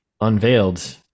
unveiled